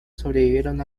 sobrevivieron